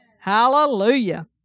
Hallelujah